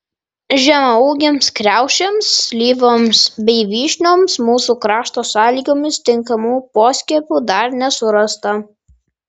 žemaūgėms kriaušėms slyvoms bei vyšnioms mūsų krašto sąlygomis tinkamų poskiepių dar nesurasta